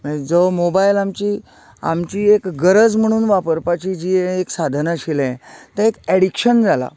म्हळ्यार जो मोबायल आमची आमची एक गरज म्हणून वापरपाची जी एक साधन आशिल्लें तें एडिक्शन जाला